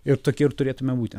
ir tokie ir turėtume būti